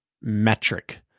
metric